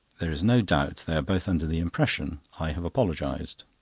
there is no doubt they are both under the impression i have apologised.